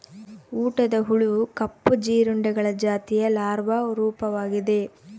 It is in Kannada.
ಊಟದ ಹುಳು ಕಪ್ಪು ಜೀರುಂಡೆಗಳ ಜಾತಿಯ ಲಾರ್ವಾ ರೂಪವಾಗಿದೆ